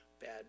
bad